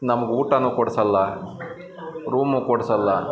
ನಮ್ಗೆ ಊಟ ಕೊಡಿಸಲ್ಲ ರೂಮು ಕೊಡಿಸಲ್ಲ